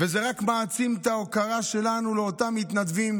וזה רק מעצים את ההוקרה שלנו לאותם מתנדבים